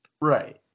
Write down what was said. Right